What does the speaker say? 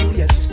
yes